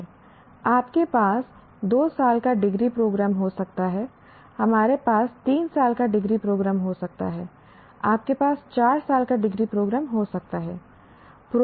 आपके पास 2 साल का डिग्री प्रोग्राम हो सकता है हमारे पास 3 साल का डिग्री प्रोग्राम हो सकता है आपके पास 4 साल का डिग्री प्रोग्राम हो सकता है